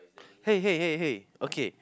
hey hey hey hey okay